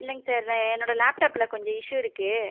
இல்லைங்க சார் என்னோடய லேப்டாப்பில் கொஞ்சம் இஷ்யூ இருக்குது